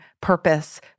purpose